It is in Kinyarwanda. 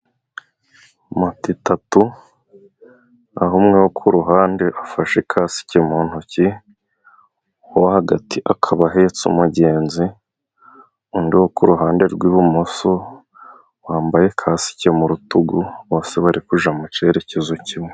Mota eshatu aho umwe wo ku ruhande afashe kasike mu ntoki ,uwo hagati akaba ahetse umugenzi ,undi wo ku ruhande rw'ibumoso wambaye kasike mu rutugu, bose barijya mu cyerekezo kimwe.